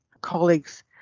colleagues